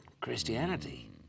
Christianity